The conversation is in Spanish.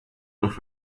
los